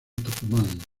tucumán